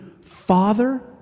Father